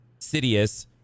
Sidious